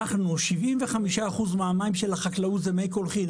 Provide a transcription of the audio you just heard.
אנחנו 75 אחוז מהמים של החקלאות זה מי קולחים,